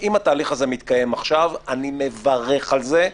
אם התהליך הזה מתקיים עכשיו אני מברך על זה,